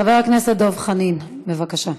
חבר הכנסת דב חנין, בבקשה.